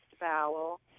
bowel